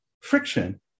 friction